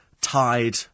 tied